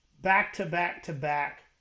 back-to-back-to-back